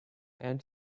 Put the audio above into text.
and